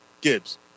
Gibbs